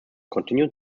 continued